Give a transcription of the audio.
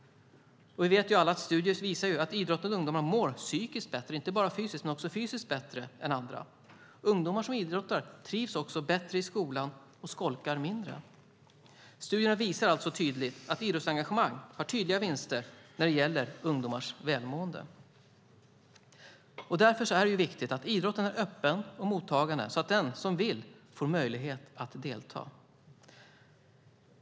Studier visar att idrottande ungdomar mår psykiskt bättre än andra - inte bara fysiskt bättre. Ungdomar som idrottar trivs också bättre i skolan och skolkar mindre. Studierna visar alltså tydligt att idrottsengagemang har tydliga vinster när det gäller ungdomars välmående. Därför är det viktigt att idrotten är öppen och mottagande, så att den som vill får möjlighet att delta.